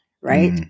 right